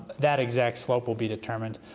that exact slope will be determined,